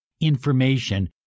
information